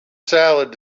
salad